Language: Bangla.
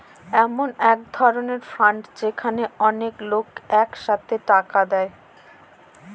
এমন এক ধরনের ফান্ড যেখানে অনেক লোক এক সাথে টাকা দেয়